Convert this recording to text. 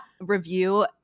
review